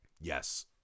Yes